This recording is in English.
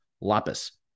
Lapis